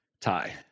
tie